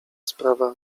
sprawa